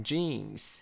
，Jeans